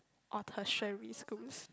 or tertiary schools